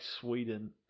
Sweden